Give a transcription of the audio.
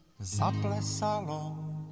Zaplesalo